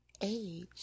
age